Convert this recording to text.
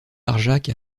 barjac